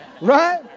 Right